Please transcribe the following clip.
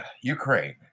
ukraine